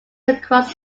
across